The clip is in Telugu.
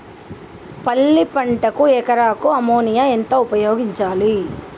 పల్లి పంటకు ఎకరాకు అమోనియా ఎంత ఉపయోగించాలి?